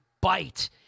bite